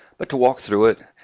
but to walk through it,